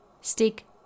Stick